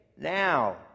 now